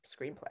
screenplay